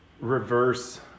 reverse